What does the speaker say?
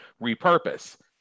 repurpose